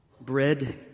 bread